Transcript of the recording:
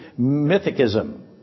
mythicism